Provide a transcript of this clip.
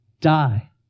die